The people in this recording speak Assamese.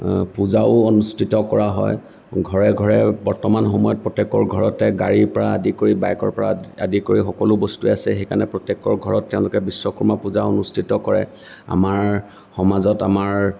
পূজাও অনুষ্ঠিত কৰা হয় ঘৰে ঘৰে বৰ্তমান সময়ত প্ৰত্যেকৰ ঘৰতে গাড়ীৰ পৰা আদি কৰি বাইকৰ পৰা আদি কৰি সকলো বস্তুৱেই আছে সেইকাৰণে প্ৰত্যেকৰ ঘৰত তেওঁলোকে বিশ্বকৰ্মা পূজা অনুষ্ঠিত কৰে আমাৰ সমাজত আমাৰ